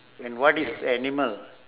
and what is animal